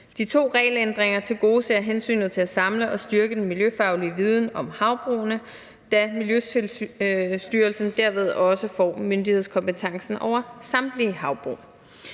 De to regelændringer tilgodeser hensynet til at samle og styrke den miljøfaglige viden om havbrugene, da Miljøstyrelsen derved også får myndighedskompetencen over samtlige havbrug.